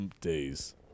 days